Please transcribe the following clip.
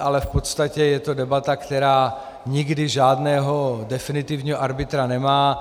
ale v podstatě je to debata, která nikdy žádného definitivního arbitra nemá.